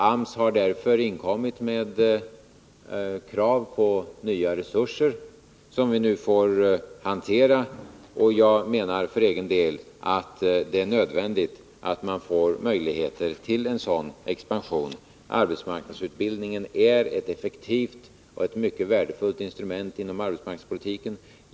AMS har därför inkommit med krav på nya resurser som vi nu får behandla. Jag menar för egen del att det är nödvändigt att AMS får möjligheter till en sådan expansion. Arbetsmarknadsutbildningen är ett effektivt och mycket värdefullt instrument inom arbetsmarknadspolitiken.